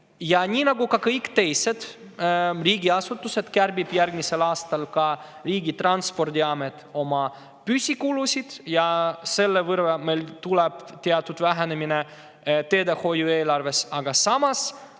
Nii nagu kõik teised riigiasutused kärbib järgmisel aastal ka Transpordiamet oma püsikulusid ja selle võrra tuleb teatud vähenemine teedehoiu eelarves. Samas